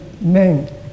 men